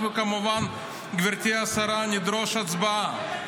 אנחנו כמובן, גברתי השרה, נדרוש הצבעה.